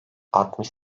altmış